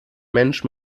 mensch